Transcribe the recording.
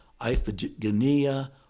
Iphigenia